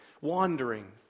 wandering